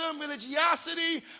religiosity